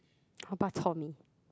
oh bak-chor-mee